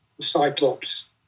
Cyclops